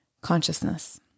Consciousness